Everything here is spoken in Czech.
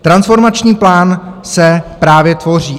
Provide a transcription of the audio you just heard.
Transformační plán se právě tvoří.